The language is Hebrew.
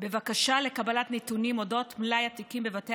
בבקשה לקבלת נתונים על אודות מלאי התיקים בבתי